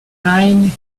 time